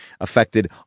affected